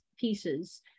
pieces